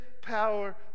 power